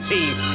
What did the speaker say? Team